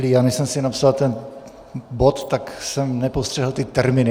Než jsem si napsal ten bod, tak jsem nepostřehl ty termíny.